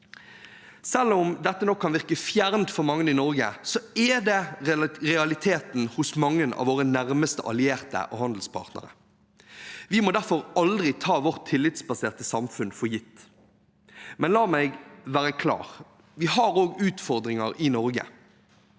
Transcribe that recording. Selv om dette nok kan virke fjernt for mange i Norge, er det realiteten hos mange av våre nærmeste allierte og handelspartnere. Vi må derfor aldri ta vårt tillitsbaserte samfunn for gitt. Men la meg være klar: Vi har også utfordringer i Norge.